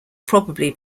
probably